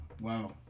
Wow